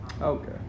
Okay